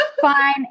fine